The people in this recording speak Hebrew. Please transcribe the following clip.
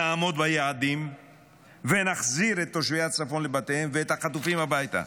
נעמוד ביעדים ונחזיר את תושבי הצפון לבתיהם ואת החטופים הביתה.